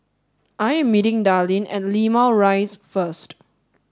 I am meeting Darlene at Limau Rise first